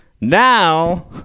now